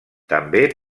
també